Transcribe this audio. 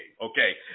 okay